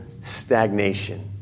stagnation